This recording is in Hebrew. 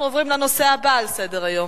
אנחנו עוברים לנושא הבא על סדר-היום.